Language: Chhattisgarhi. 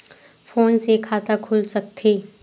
फोन से खाता खुल सकथे?